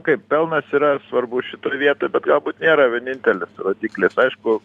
kaip pelnas yra svarbus šitoj vietoj bet galbūt nėra vienintelis rodiklis aišku